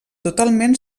totalment